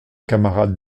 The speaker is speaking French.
camarade